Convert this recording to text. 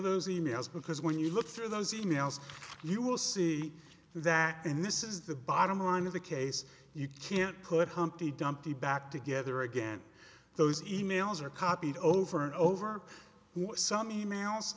those emails because when you look through those emails you will see that and this is the bottom line of the case you can't put humpty dumpty back together again those emails are copied over and over some emails